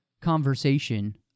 conversation